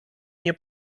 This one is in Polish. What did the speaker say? nie